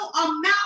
amount